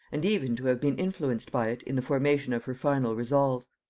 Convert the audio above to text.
and even to have been influenced by it in the formation of her final resolve.